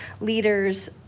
leaders